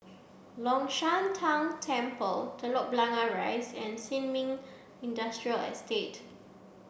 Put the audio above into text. Long Shan Tang Temple Telok Blangah Rise and Sin Ming Industrial Estate